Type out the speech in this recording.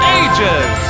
ages